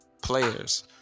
players